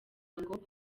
ngo